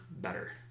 better